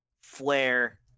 Flare